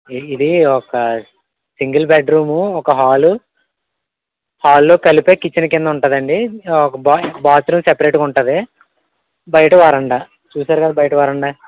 ఈ ఇది ఒక సింగిల్ బెడ్రూమ్ ఒక హాల్ హాల్లో కలిపి కిచెన్ కింద ఉంటుంది అండి ఒక బాయ్ బాత్రూం సపరేట్గా ఉంటుంది బయట వరండా చూశారు కదా బయట వరండా